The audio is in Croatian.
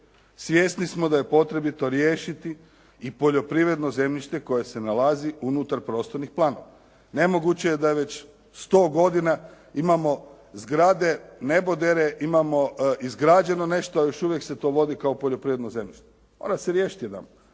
Svjesni smo da je potrebito riješiti i poljoprivredno zemljište koje se nalazi unutar prostornih planova. Nemoguće je da je već 100 godina imamo zgrade, nebodere, imamo izgrađeno nešto, još uvijek se to vodi kao poljoprivredno zemljište. Mora se riješiti